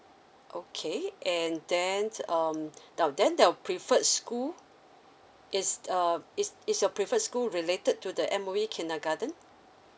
okay and then um now then there are preferred school is err is is your preferred school related to the M_O_E kindergarten